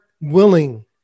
willing